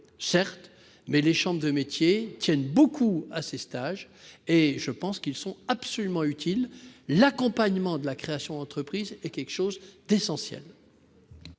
certes, mais les chambres de métiers y tiennent beaucoup et ils sont absolument utiles. L'accompagnement de la création entreprise est quelque chose d'essentiel.